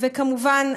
וכמובן,